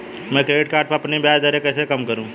मैं credit card पर अपनी ब्याज दरें कैसे कम करूँ?